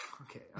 Okay